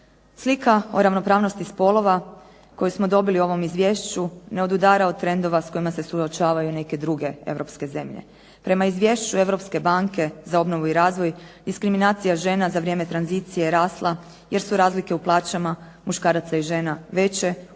Slika o ravnopravnosti spolova koju smo dobili u ovom izvješću, ne odudara od trendova s kojima se suočavaju neke druge europske zemlje. Prema izvješću Europske banke za obnovu i razvoj, diskriminacija žena za vrijeme tranzicije je rasla jer su razlike u plaćama muškaraca i žena veće, u